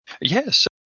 Yes